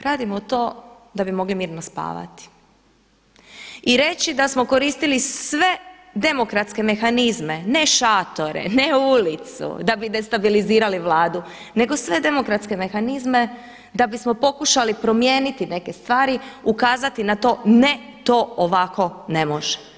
Radimo to da bismo mogli mirno spavati i reći da smo koristili sve demokratske mehanizme, ne šatore, ne ulicu da bi destabilizirali Vladu, nego sve demokratske mehanizme da bismo pokušali promijeniti neke stvari, ukazati na to, ne to ovako ne može.